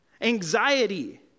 Anxiety